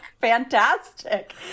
fantastic